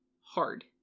hard